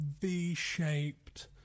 v-shaped